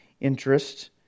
interest